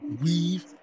weave